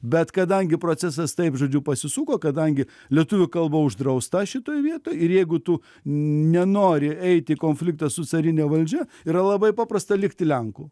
bet kadangi procesas taip žodžiu pasisuko kadangi lietuvių kalba uždrausta šitoj vietoj ir jeigu tu nenori eiti į konfliktą su carine valdžia yra labai paprasta likti lenku